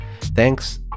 Thanks